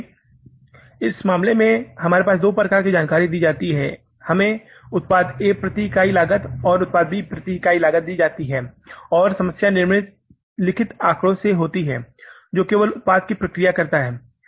इसलिए इस मामले में हमें दो प्रकार की जानकारी दी जाती है हमें उत्पाद A की प्रति इकाई लागत और उत्पाद B की प्रति इकाई लागत दी जाती है और समस्या निम्नलिखित आंकड़ों से होती है जो केवल उत्पाद की प्रक्रिया करता है